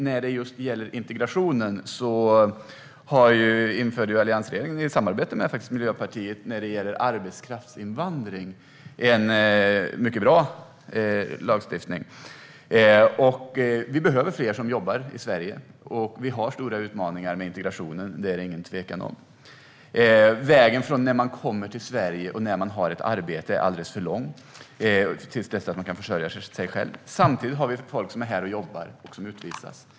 När det gäller integrationen införde alliansregeringen i samarbete med Miljöpartiet en mycket bra lagstiftning om arbetskraftsinvandring. Vi behöver fler som jobbar i Sverige, och vi har stora utmaningar med integrationen. Det är det ingen tvekan om. Vägen från att komma till Sverige till att ha ett arbete och kunna försörja sig själv är alldeles för lång. Samtidigt finns det folk som är här och jobbar och som utvisas.